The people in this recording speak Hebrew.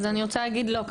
אז אני רוצה להגיד לו.